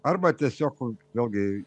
arba tiesiog vėlgi